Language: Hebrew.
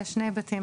שני היבטים,